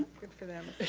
good for them.